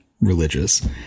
religious